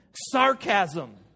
sarcasm